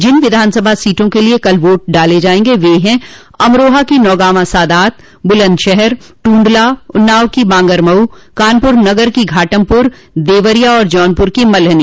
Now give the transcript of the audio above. जिन विधानसभा सीटों के लिये कल वोट डाले जायेंगे वे है अमरोहा की नौगांवा सादात बुलन्दशहर टूडला उन्नाव की बांगरमऊ कानपुर नगर की घाटमपुर देवरिया और जौनपुर की मल्हनी